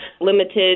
limited